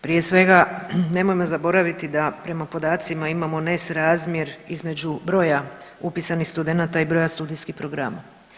Prije svega nemojmo zaboraviti da prema podacima imamo nesrazmjer između broja upisanih studenata i broja studijskih programa.